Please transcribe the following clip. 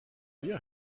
wir